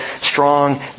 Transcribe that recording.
strong